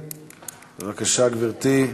בבקשה, גברתי.